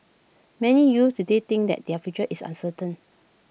many youths today think that their future is uncertain